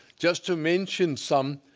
just to mention some